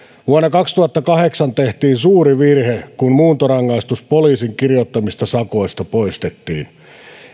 vuonna kaksituhattakahdeksan tehtiin suuri virhe kun muuntorangaistus poliisin kirjoittamista sakoista poistettiin